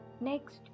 Next